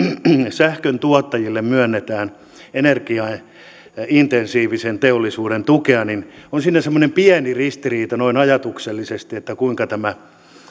sähkön tuottajille myönnetään energiaintensiivisen teollisuuden tukea on siinä semmoinen pieni ristiriita noin ajatuksellisesti että kuinka tämä